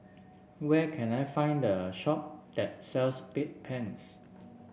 where can I find the shop that sells Bedpans